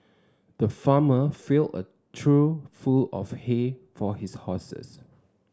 the farmer filled a trough full of hay for his horses